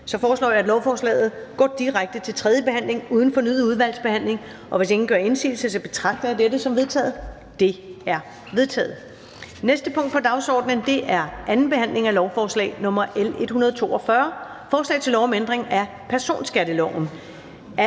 Jeg foreslår, at lovforslaget går direkte til tredje behandling uden fornyet udvalgsbehandling. Hvis ingen gør indsigelse, betragter jeg dette som vedtaget. Det er vedtaget. --- Det næste punkt på dagsordenen er: 13) 2. behandling af lovforslag nr. L 142: Forslag til lov om ændring af personskatteloven.